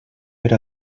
per